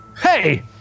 Hey